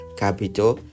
capital